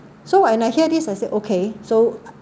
so and I hear this I said okay so